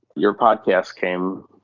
your podcast came,